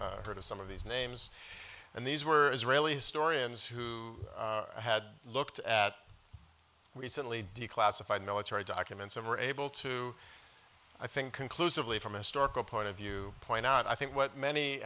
have heard of some of these names and these were israelis story ends who had looked at recently declassified military documents and were able to i think conclusively from historical point of view point out i think what many